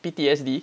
P_T_S_D